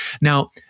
Now